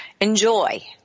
enjoy